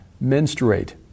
menstruate